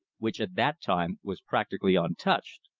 which, at that time, was practically untouched.